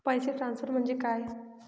पैसे ट्रान्सफर म्हणजे काय?